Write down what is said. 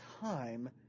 time